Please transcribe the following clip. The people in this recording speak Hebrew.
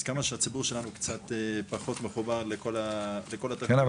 אז כמה שהציבור שלנו קצת פחות מחובר לכל הטכנולוגיה --- כן,